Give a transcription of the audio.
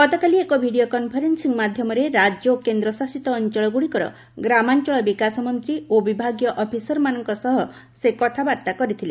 ଗତକାଲି ଏକ video conferencing ମାଧ୍ୟମରେ ରାଜ୍ୟ ଓ କେନ୍ଦ୍ରଶାସିତ ଅଞ୍ଚଳ ଗୁଡ଼ିକର ଗ୍ରାମାଞ୍ଚଳ ବିକାଶ ମନ୍ତ୍ରୀ ଓ ବିଭାଗୀୟ ଅଫିସରମାନଙ୍କ ସହ ସେ କଥାବାର୍ଭା କରିଥିଲେ